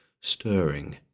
stirring